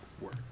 work